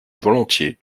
volontiers